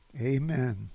Amen